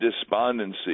despondency